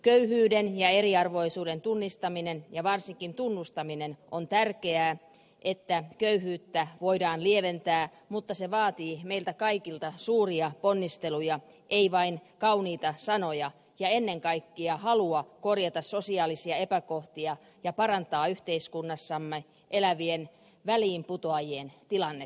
köyhyyden ja eriarvoisuuden tunnistaminen ja varsinkin tunnustaminen on tärkeää että köyhyyttä voidaan lieventää mutta se vaatii meiltä kaikilta suuria ponnisteluja ei vain kauniita sanoja ja ennen kaikkea halua korjata sosiaalisia epäkohtia ja parantaa yhteiskunnassamme elävien väliinputoajien tilannetta